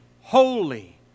holy